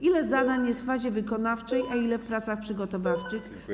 Ile zadań jest w fazie wykonawczej, a ile w pracach przygotowawczych?